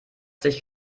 dich